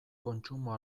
kontsumo